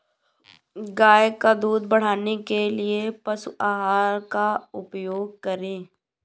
गाय का दूध बढ़ाने के लिए किस पशु आहार का उपयोग करें?